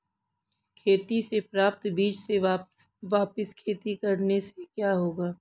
खेती से प्राप्त बीज से वापिस खेती करने से क्या होगा?